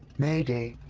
mayday!